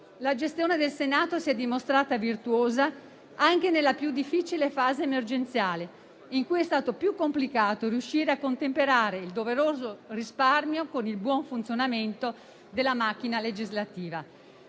La gestione del Senato si è dimostrata virtuosa, anche nella più difficile fase emergenziale in cui è stato più complicato riuscire a contemperare il doveroso risparmio con il buon funzionamento della macchina legislativa.